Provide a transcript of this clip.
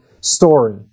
story